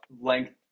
length